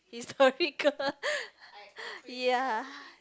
historical ya